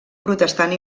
protestant